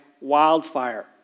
wildfire